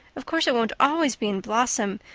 of course, it won't always be in blossom,